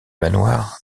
manoir